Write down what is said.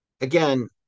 Again